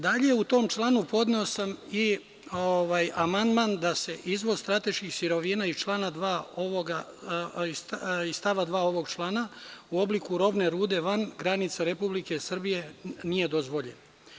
Dalje, u tom članu podneo sam i amandman da se izvoz strateških sirovina iz stava 2. ovog člana u obliku robne rude van granica Republike Srbije nije dozvoljena.